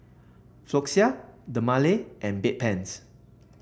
Floxia Dermale and Bedpans